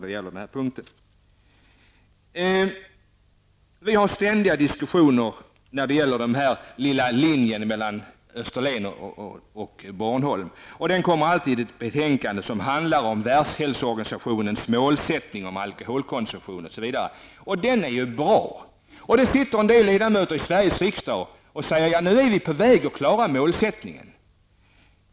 Det förs ständiga diskussioner om den här lilla linjen mellan Österlen och Bornholm. Denna fråga brukar behandlas i ett betänkande som handlar om Världshälsoorganisationens målsättning beträffande alkoholkonsumtion osv., och det är ju en bra målsättning. Här sitter det ledamöter av Sveriges riksdag och säger att vi är på väg att klara målsättningen.